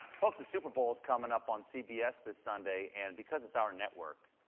focs, the super bowl is coming up on cbs this sunday. and because it's our network,